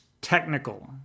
technical